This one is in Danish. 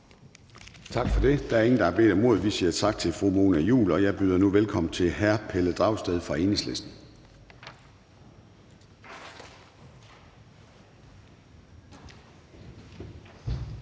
Tak for det. Der er ingen, der har bedt om ordet, så vi siger tak til fru Mona Juul. Jeg byder nu velkommen til hr. Pelle Dragsted fra Enhedslisten.